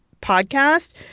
podcast